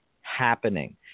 happening